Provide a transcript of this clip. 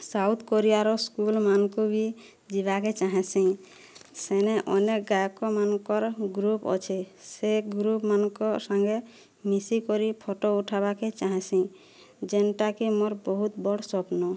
south କୋରିଆର ସ୍କୁଲମାନଙ୍କୁ ବି ଯିବାକେ ଚାହେଁସି ସେନେ ଅନେକ ଗାୟକମାନଙ୍କର ଗ୍ରୁପ ଅଛେ ସେ ଗ୍ରୁପମାନଙ୍କ ସାଙ୍ଗେ ମିଶିକରି ଫଟୋ ଉଠାବାକେ ଚାହେଁସି ଯେନ୍ଟାକି ମୋର ବହୁତ ବଡ଼୍ ସ୍ୱପ୍ନ